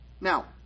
Now